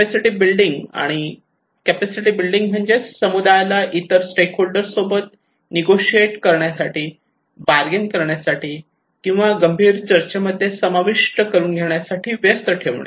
capacity building capacity building म्हणजेच समुदायाला इतर स्टेकहोल्डर सोबत निगोशिएट करण्यासाठी बार्गेन करण्यासाठी किंवा गंभीर चर्चेमध्ये समाविष्ट करून घेण्यासाठी व्यस्त ठेवणे